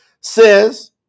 says